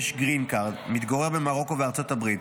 יש גרין קארד, מתגורר במרוקו וארצות הברית.